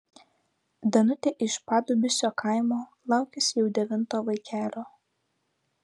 danutė iš padubysio kaimo laukiasi jau devinto vaikelio